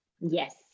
yes